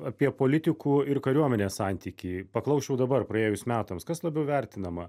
apie politikų ir kariuomenės santykį paklausčiau dabar praėjus metams kas labiau vertinama